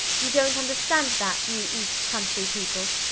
you don't understand that, you east country people.